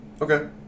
Okay